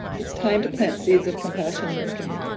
it's time to plant seeds of compassion, duncan,